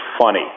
funny